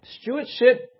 stewardship